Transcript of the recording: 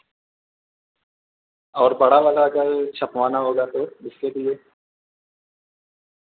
اور بڑا والا اگر چھپوانا ہوگا تو اس کے لیے